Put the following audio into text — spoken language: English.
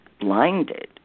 blinded